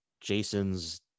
Jason's